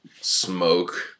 smoke